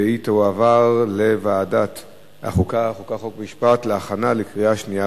לוועדת החוקה, חוק ומשפט נתקבלה.